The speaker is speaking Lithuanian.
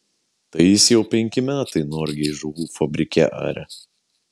tai jis jau penki metai norgėj žuvų fabrike aria